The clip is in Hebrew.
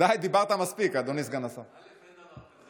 חברת הכנסת מאי גולן, אינה נוכחת,